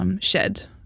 shed